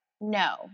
No